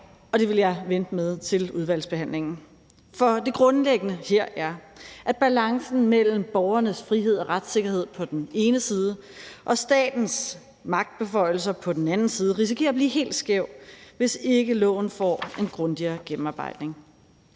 og det vil jeg vente med til udvalgsbehandlingen. For det grundlæggende her er, at balancen mellem borgernes frihed og retssikkerhed på den ene side og statens magtbeføjelser på den anden side risikerer at blive helt skæv, hvis ikke loven får en grundigere gennemarbejdning.